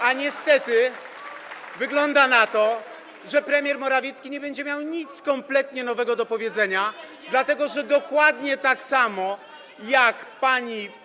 A niestety wygląda na to, że premier Morawiecki nie będzie miał kompletnie nic nowego do powiedzenia, dlatego że dokładnie tak samo jak pani